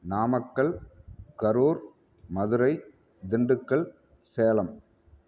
Namakkal Karur Madurai Dindigul Salem